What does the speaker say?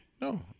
No